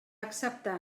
acceptar